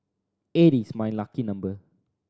eight is my lucky number